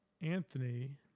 Anthony